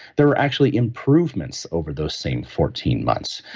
there were actually improvements over those same fourteen months.